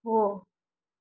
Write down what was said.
हो